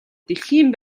дэлхийн